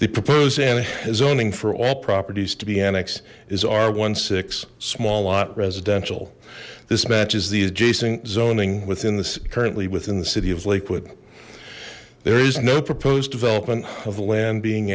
the proposed n zoning for all properties to be annex is our one six small lot residential this matches the adjacent zoning within this currently within the city of lakewood there is no proposed development of land being